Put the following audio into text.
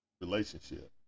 relationship